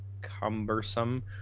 cumbersome